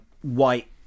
white